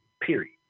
period